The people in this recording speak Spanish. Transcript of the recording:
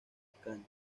escaño